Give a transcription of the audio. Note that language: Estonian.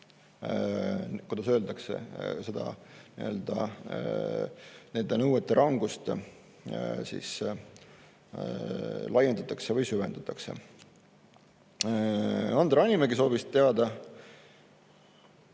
kuidas öelda, nõuete rangust laiendatakse või süvendatakse. Andre Hanimägi soovis teada